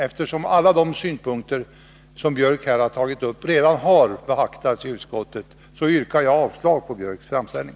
Eftersom alla de synpunker som herr Björck här har tagit upp redan har beaktats i utskottet, yrkar jag avslag på herr Björcks framställning.